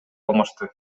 алмашты